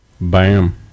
bam